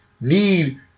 need